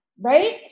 right